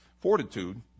fortitude